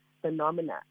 phenomena